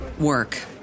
work